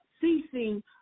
ceasing